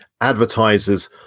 advertisers